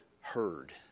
heard